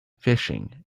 fishing